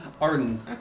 Arden